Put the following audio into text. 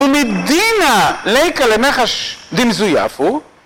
ומדינא ליכא למיחש דמזויף הוא